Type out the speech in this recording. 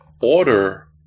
Order